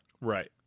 right